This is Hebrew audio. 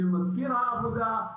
של מזכיר הוועדה.